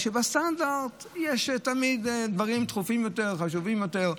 בסטנדרט יש תמיד דברים דחופים יותר וחשובים יותר.